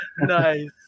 Nice